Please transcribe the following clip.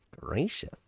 gracious